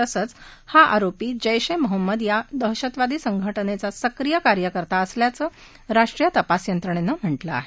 तसंच हा आरोपी जैश ए मोहम्मद या दहशतवादी संघटनेचा सक्रीय कार्यकर्ता असल्याचं राष्ट्रीय तपास यंत्रणेनं म्हटलं आहे